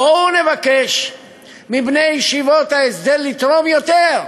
בואו נבקש מבני ישיבות ההסדר לתרום יותר.